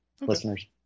Listeners